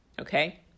okay